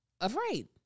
afraid